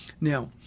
Now